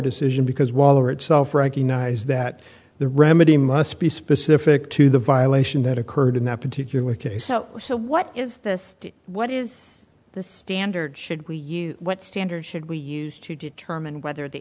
decision because waller itself recognized that the remedy must be specific to the violation that occurred in that particular case so what is this what is the standard should we use what standards should we use to determine whether the